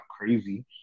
crazy